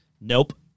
Nope